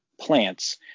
plants